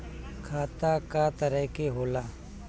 खाता क तरह के होला?